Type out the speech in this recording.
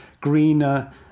greener